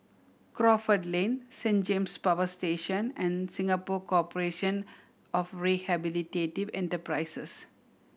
Crawford Lane Saint James Power Station and Singapore Corporation of Rehabilitative Enterprises